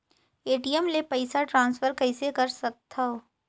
ATM ले पईसा transfer कइसे कर सकथव?